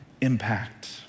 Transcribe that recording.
impact